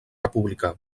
republicà